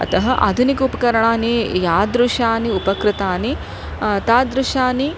अतः आधुनिक उपकरणानि यादृशानि उपकृतानि तादृशानि